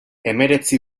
hemeretzi